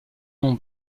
mont